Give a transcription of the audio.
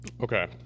Okay